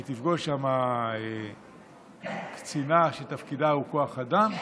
והיא תפגוש שם קצינה שתפקידה הוא כוח אדם,